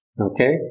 okay